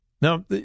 now